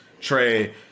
Trey